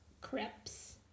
crepes